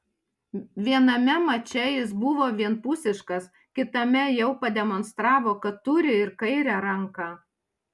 viename mače jis buvo vienpusiškas kitame jau pademonstravo kad turi ir kairę ranką